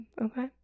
Okay